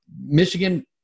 michigan